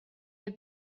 have